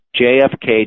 JFK